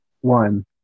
One